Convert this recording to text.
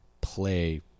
play